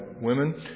women